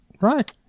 Right